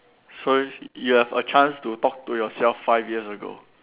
so you have a chance to talk to yourself five years ago